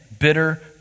bitter